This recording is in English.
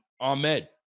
Ahmed